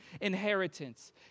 inheritance